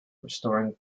restoring